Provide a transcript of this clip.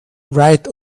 right